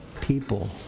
people